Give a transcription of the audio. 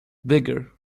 bigger